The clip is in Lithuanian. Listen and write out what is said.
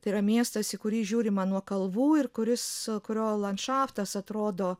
tai yra miestas į kurį žiūrima nuo kalvų ir kuris kurio landšaftas atrodo